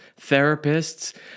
therapists